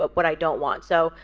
but what i don't want. so,